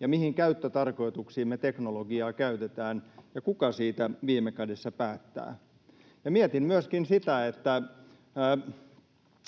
ja mihin käyttötarkoituksiimme teknologiaa käytetään, ja kuka siitä viime kädessä päättää? Ja mietin myöskin sitä, että